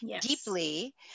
deeply